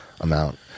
amount